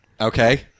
Okay